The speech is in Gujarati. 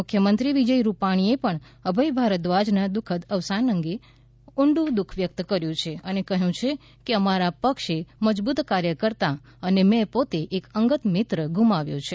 મુખ્યમંત્રી વિજય રૂપાણીએ પણ અભય ભારદ્વાજ ના દુખદ અવસાન અંગે ઊડું દૂઃખ વ્યક્ત કર્યું છે અને કહ્યું છે કે અમારા પક્ષે મજબૂત કાર્યકતા અને મે પોતે એક અંગત મિત્ર ગુમાવ્યો છે